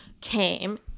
came